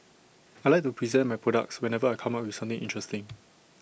I Like to present my products whenever I come up with something interesting